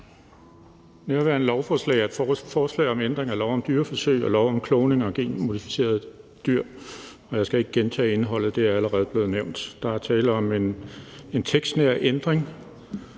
er et forslag om ændring af lov om dyreforsøg og lov om kloning og genmodificering af dyr. Jeg skal ikke gentage indholdet, for det er allerede blevet nævnt. Der er tale om en tekstnær ændring,